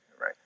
Right